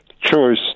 choice